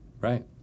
right